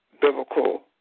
biblical